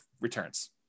returns